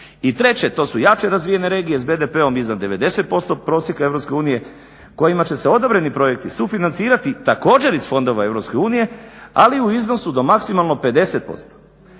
I treće, to su jače razvijene regije s BDP-om iznad 90% prosjeka Europske unije kojima će se odobreni projekti sufinancirati također iz fondova Europske unije, ali u iznosu do maksimalno 50%.